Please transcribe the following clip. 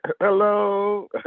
Hello